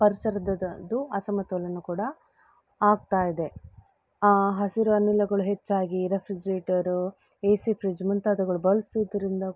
ಪರ್ಸರ್ದದ್ದು ಅಸಮತೋಲನ ಕೂಡ ಆಗ್ತಾ ಇದೆ ಹಸಿರು ಅನಿಲಗಳು ಹೆಚ್ಚಾಗಿ ರೆಫ್ರಿಜ್ರೇಟರು ಎ ಸಿ ಫ್ರಿಜ್ ಮುಂತಾದವುಗಳು ಬಳಸುದ್ರಿಂದ